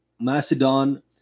Macedon